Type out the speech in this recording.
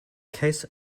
case